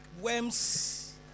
worms